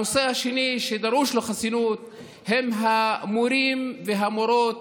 הנושא השני שדרושה לו חסינות הוא המורים והמורות,